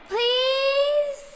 Please